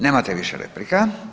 Nemate više replika.